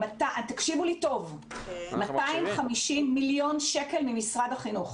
תקשיבו לי טוב, 250 מיליון שקל ממשרד החינוך.